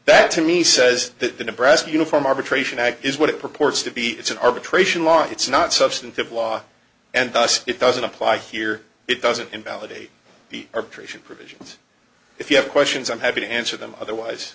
that to me says that the nebraska uniform arbitration act is what it purports to be it's an arbitration law it's not substantive law and thus it doesn't apply here it doesn't invalidate the arbitration provisions if you have questions i'm happy to answer them otherwise